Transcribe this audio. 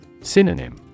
Synonym